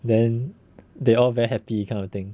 then they all very happy kind of thing